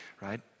right